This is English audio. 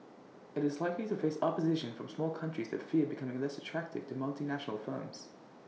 IT is likely to face opposition from small countries that fear becoming less attractive to multinational firms